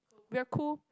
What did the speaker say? we are cool